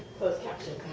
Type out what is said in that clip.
closed captioned.